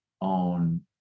own